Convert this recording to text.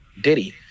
diddy